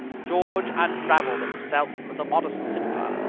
george unravelled himself with a modest simper.